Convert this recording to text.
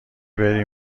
بری